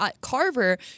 Carver